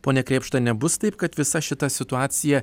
ponia krėpšta nebus taip kad visa šita situacija